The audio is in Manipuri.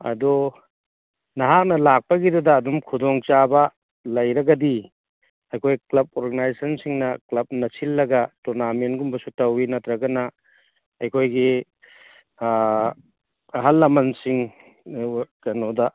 ꯑꯗꯣ ꯅꯍꯥꯛꯅ ꯂꯥꯛꯄꯒꯤꯗꯨꯗ ꯑꯗꯨꯝ ꯈꯨꯗꯣꯡ ꯆꯥꯕ ꯂꯩꯔꯒꯗꯤ ꯑꯩꯈꯣꯏ ꯀ꯭ꯂꯕ ꯑꯣꯔꯒꯅꯥꯏꯖꯦꯁꯟꯁꯤꯡꯅ ꯀ꯭ꯂꯕꯅ ꯁꯤꯜꯂꯒ ꯇꯣꯔꯅꯥꯃꯦꯟꯒꯨꯝꯕꯁꯨ ꯇꯧꯏ ꯅꯠꯇ꯭ꯔꯒꯅ ꯑꯩꯈꯣꯏꯒꯤ ꯑꯍꯜ ꯂꯃꯟꯁꯤꯡ ꯀꯩꯅꯣꯗ